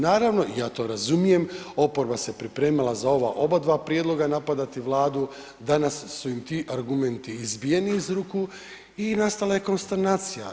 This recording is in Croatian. Naravno, i ja to razumijem, oporba se pripremala za ova oba dva prijedloga napadati Vladu, danas su im ti argumenti izbijeni iz ruke i nastala je konsternacija.